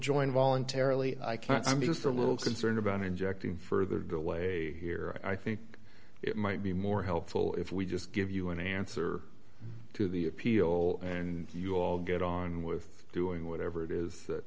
join voluntarily i can't i'm just a little concerned about injecting further delay here i think it might be more helpful if we just give you an answer to the appeal and you all get on with doing whatever it is that